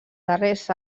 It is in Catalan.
darrers